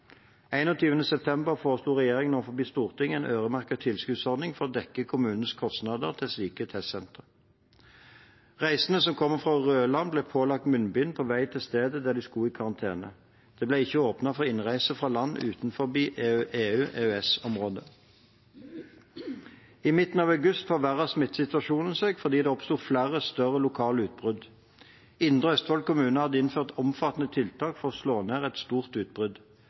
september foreslo regjeringen overfor Stortinget en øremerket tilskuddsordning for å dekke kommunenes kostnader til slike testsentre. Reisende som kom fra røde land, ble pålagt å bruke munnbind på vei til stedet der de skulle være i karantene. Det ble ikke åpnet for innreise fra land utenfor EU- og EØS-området. I midten av august forverret smittesituasjonen seg fordi det oppsto flere større lokale utbrudd. Indre Østfold kommune hadde innført omfattende tiltak for å slå ned et stort utbrudd.